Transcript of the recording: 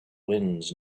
winds